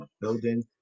Building